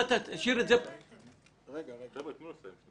אני אומר לכם: עם כל האנרגיה וכל הזמן שהושקע פה